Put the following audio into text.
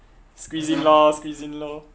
squeeze in lor squeeze in lor